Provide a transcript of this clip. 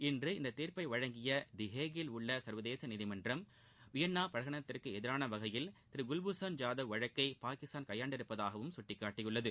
இன்று இந்த தீர்ப்பை வழங்கிய திஹேக்கில் உள்ள சர்வதேச நீதிமன்றம் வியன்னா பிரகடனத்திற்கு எதிராள வகையில் திரு குல்பூஷன் ஜாதவ் வழக்கை பாகிஸ்தான் கையாண்டுள்ளதாகவும் சுட்டிக்காட்டியுள்ளது